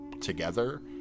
together